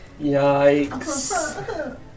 Yikes